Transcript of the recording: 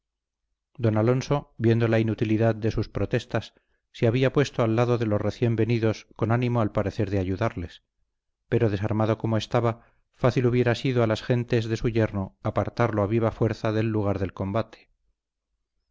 don alonso viendo la inutilidad de sus protestas se había puesto al lado de los recién venidos con ánimo al parecer de ayudarles pero desarmado como estaba fácil hubiera sido a las gentes de su yerno apartarlo a viva fuerza del lugar del combate